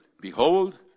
Behold